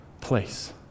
place